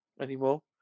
anymore